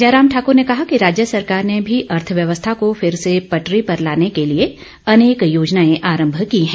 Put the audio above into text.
जयराम ठाकुर ने कहा कि राज्य सरकार ने भी अर्थव्यवस्था को फिर से पटरी पर लाने के लिए अनेक योजनाएं आरंभ की हैं